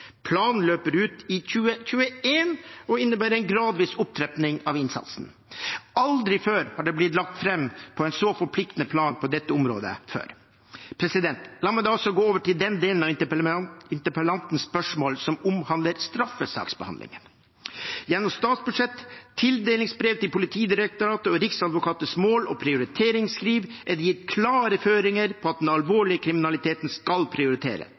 innebærer en gradvis opptrapping av innsatsen. Aldri før har det blitt lagt fram en så forpliktende plan på dette området. La meg gå over til den delen av interpellantens spørsmål som omhandler straffesaksbehandlingen. Gjennom statsbudsjett, tildelingsbrev til Politidirektoratet og Riksadvokatens mål- og prioriteringsskriv er det gitt klare føringer på at den alvorlige kriminaliteten skal